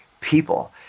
people